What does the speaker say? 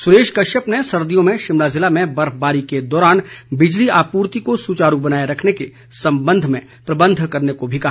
सुरेश कश्यप ने सर्दियों में शिमला ज़िले में बर्फबारी के दौरान बिजली आपूर्ति को सुचारू बनाए रखने के संबंध में प्रबंध करने को भी कहा